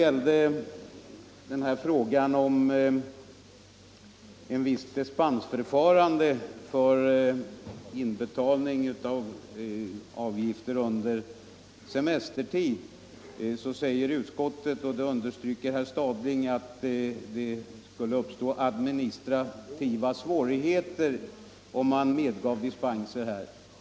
Utskottet säger, och det underströk herr Stadling, att ett dispensförfarande när det gäller inbetalning av avgifter under semestertid skulle medföra administrativa svårigheter.